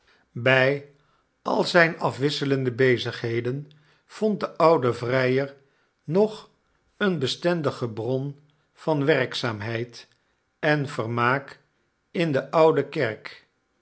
bij al zijne afwisselende bezigheden vond de oude vrijer nog eene bestendige bron van werkzaamheid en vermaak in de oude kerk